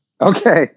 Okay